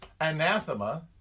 anathema